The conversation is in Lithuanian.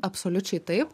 absoliučiai taip